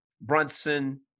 Brunson